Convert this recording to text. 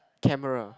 camera